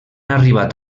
arribat